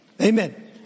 Amen